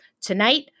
Tonight